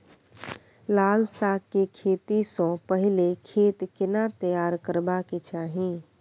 लाल साग के खेती स पहिले खेत केना तैयार करबा के चाही?